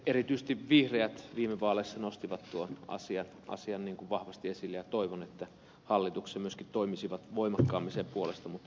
erityisesti vihreät viime vaaleissa nostivat tuon asian vahvasti esille ja toivon että hallituksessa myöskin toimisivat voimakkaammin sen puolesta mutta niin kuin ed